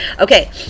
okay